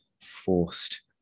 forced